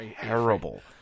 terrible